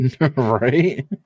right